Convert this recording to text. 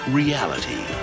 reality